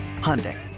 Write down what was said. Hyundai